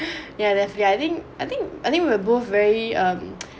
yeah definitely I think I think I think we were both very um